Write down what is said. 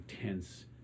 intense